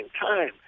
time